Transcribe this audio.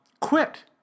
quit